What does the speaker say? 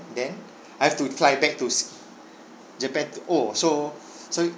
then I've to fly back to s~ japan to oh so so